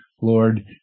Lord